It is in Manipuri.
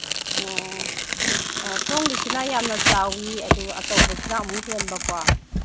ꯑꯣ ꯁꯣꯝꯒꯤꯁꯤꯅ ꯌꯥꯝꯅ ꯆꯥꯎꯋꯤ ꯑꯗꯨꯒ ꯑꯆꯧꯕꯁꯤꯅ ꯑꯃꯨꯛ ꯍꯦꯟꯕꯀꯣ